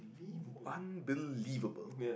!woo! unbelievable